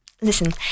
Listen